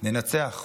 ננצח.